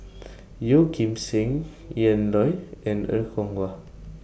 Yeoh Ghim Seng Ian Loy and Er Kwong Wah